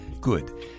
Good